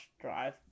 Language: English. drive